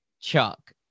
chuck